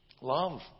love